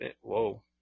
Whoa